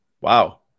Wow